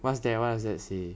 what's that what does that say